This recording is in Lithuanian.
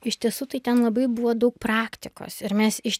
iš tiesų tai ten labai buvo daug praktikos ir mes iš